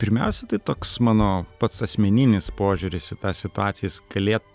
pirmiausia tai toks mano pats asmeninis požiūris į tą situaciją jis galėt